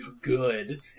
good